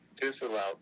disallowed